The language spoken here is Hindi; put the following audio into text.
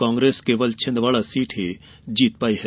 कांग्रेस केवल छिंदवाड़ा सीट ही जीत पाई है